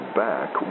back